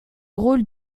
rôle